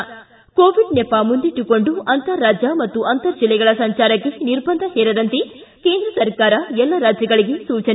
ಿ ಕೋವಿಡ್ ನೆಪ ಮುಂದಿಟ್ಟುಕೊಂಡು ಅಂತರರಾಜ್ಯ ಮತ್ತು ಅಂತರ ಜಿಲ್ಲೆಗಳ ಸಂಚಾರಕ್ಕೆ ನಿರ್ಬಂಧ ಹೇರದಂತೆ ಕೇಂದ್ರ ಸರ್ಕಾರ ಎಲ್ಲ ರಾಜ್ಯಗಳಿಗೆ ಸೂಚನೆ